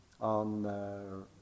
on